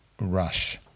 Rush